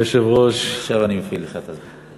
אדוני היושב-ראש, עכשיו אני מפעיל לך את הזמן.